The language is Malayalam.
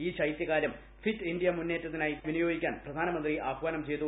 ഈ ശൈത്യകാലം ഫിറ്റ് ഇന്ത്യ മുന്നേറ്റത്തിനായി വിനിയോഗിക്കാൻ പ്രധാനമന്ത്രി ആഹ്വാനം ചെയ്തു